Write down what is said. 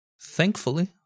Thankfully